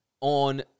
on